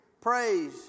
praise